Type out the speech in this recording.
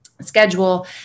schedule